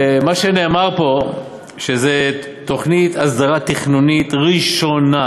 מה שנאמר פה הוא שזו תוכנית הסדרה תכנונית ראשונה